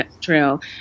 Trail